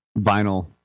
vinyl